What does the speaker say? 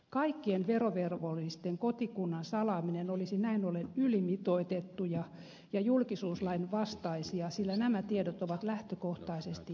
kaikkien verovelvollisten kotikunnan salaaminen olisi näin ollen ylimitoitettua ja julkisuuslain vastaista sillä nämä tiedot ovat lähtökohtaisesti julkisia